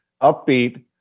upbeat